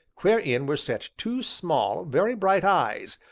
wherein were set two small, very bright eyes,